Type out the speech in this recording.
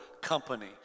company